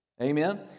Amen